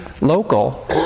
local